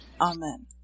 Amen